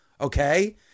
okay